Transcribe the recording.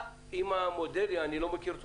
אני לא מכיר את המודל,